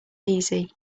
easy